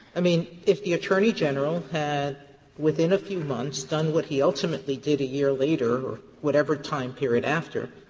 i mean, if the attorney general had within a few months done what he ultimately did a year later or whatever time period after,